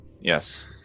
Yes